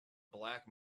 black